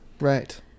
Right